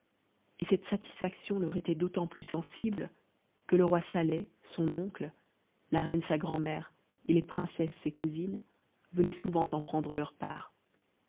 et cette satisfaction leur était d'autant plus sensible que le roi sateh son oncle la reine sa grand re et les princesses ses cousines venaient souvent en prendre leur part